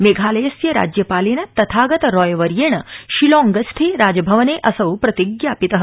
मेघालयस्य राज्यपालेन तथागत रॉय वर्येण शिलौंगस्थे राजभवने असौ प्रतिज्ञापितः